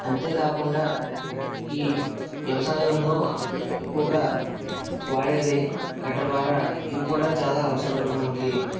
అంతే కాకుండా ఈ వ్యవసాయంలో ఎక్కువగా వాడే గడ్డపార ఇవి కూడా చాలా అవసరం మనకి